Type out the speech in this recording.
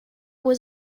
was